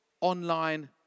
online